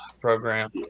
program